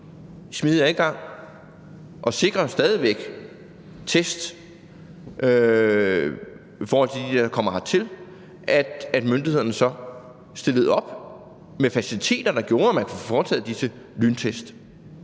smidig adgang og sikre, stadig væk, tests i forhold til dem, der kommer hertil, stillede myndighederne op med faciliteter, der gjorde, at man kunne få foretaget disse lyntest?